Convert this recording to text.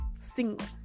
single